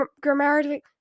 grammatically